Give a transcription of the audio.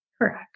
Correct